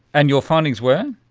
and your findings were?